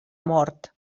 mort